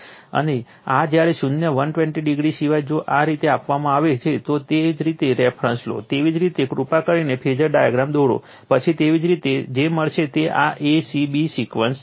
આ જ્યારે પણ શૂન્ય 120 સિવાય જો તે આ રીતે આપવામાં આવે છે તો તેવી જ રીતે રેફરન્સ લો તેવી જ રીતે કૃપા કરીને ફેઝર ડાયાગ્રામ દોરો પછી તેવી જ રીતે જે મેળવશે તે આ a c b સિક્વન્સ છે